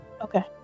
Okay